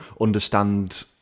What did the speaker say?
understand